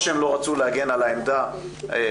או שהם לא רצו להגן על העמדה הבלתי